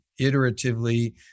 iteratively